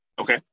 Okay